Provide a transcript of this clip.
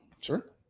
Sure